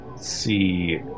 see